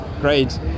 Great